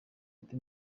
ati